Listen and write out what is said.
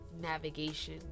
navigation